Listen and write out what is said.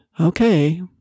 Okay